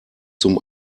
zum